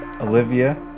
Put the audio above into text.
Olivia